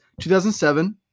2007